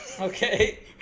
Okay